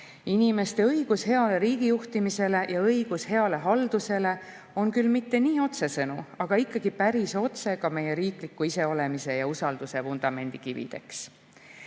Inimeste õigus heale riigijuhtimisele ja õigus heale haldusele on küll mitte nii otsesõnu, aga ikkagi päris otse ka meie riikliku iseolemise ja usalduse vundamendi kivideks.